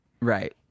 Right